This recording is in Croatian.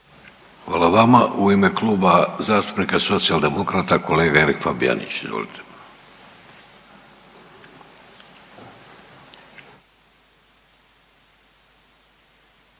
Hvala vama. U ime Kluba zastupnika Socijaldemokrata kolega Erik Fabijanić. Izvolite.